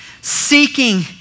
seeking